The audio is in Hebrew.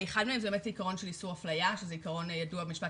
אחד מהם זה באמת עקרון של איסור אפליה שהוא עקרון ידוע במשפט